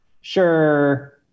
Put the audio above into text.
sure